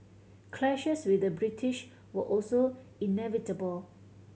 clashes with the British were also inevitable